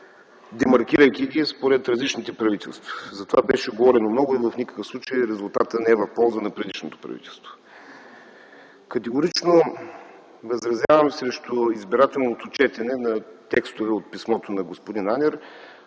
демаркирайки ги според различните правителства. За това беше говорено много и в никакъв случай резултатът не е в полза на предишното правителство. Категорично възразявам срещу избирателното четене на текстове от писмото на господин Анер.